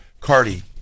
Cardi